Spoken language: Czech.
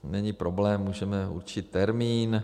Není problém, můžeme určit termín.